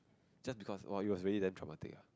just because !wow! it was really damn traumatic ah